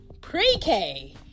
Pre-K